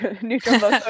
neutral